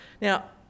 Now